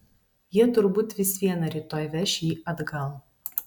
jie turbūt vis viena rytoj veš jį atgal